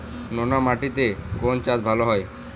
নোনা মাটিতে কোন চাষ ভালো হয়?